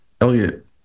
Elliot